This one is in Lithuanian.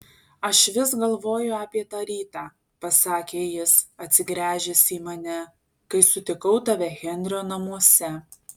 aš vis galvoju apie tą rytą pasakė jis atsigręžęs į mane kai sutikau tave henrio namuose